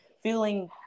feeling